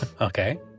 Okay